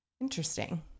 Interesting